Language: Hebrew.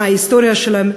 מההיסטוריה שלהם,